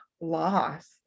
loss